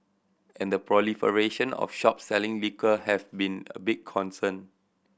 and the proliferation of shops selling liquor have been a big concern